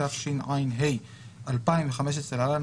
התשע"ה-2015 (להלן,